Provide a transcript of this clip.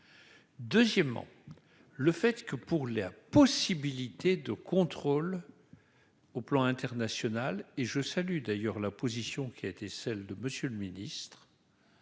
deuxièmement le fait que pour la possibilité de contrôle au plan international et je salue d'ailleurs la position qui a été celle de Monsieur le Ministre